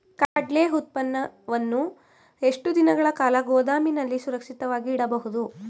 ಕಡ್ಲೆ ಉತ್ಪನ್ನವನ್ನು ಎಷ್ಟು ದಿನಗಳ ಕಾಲ ಗೋದಾಮಿನಲ್ಲಿ ಸುರಕ್ಷಿತವಾಗಿ ಇಡಬಹುದು?